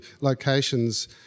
locations